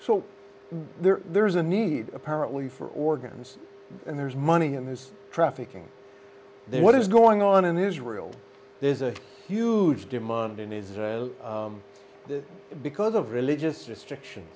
so there there is a need apparently for organs and there's money in this trafficking there what is going on in israel there's a huge demand in israel because of religious just action